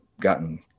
gotten